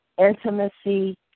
intimacy